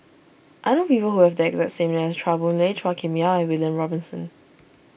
I know people who have the exact name as Chua Boon Lay Chua Kim Yeow and William Robinson